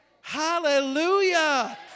Hallelujah